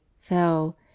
fell